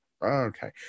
Okay